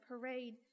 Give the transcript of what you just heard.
parade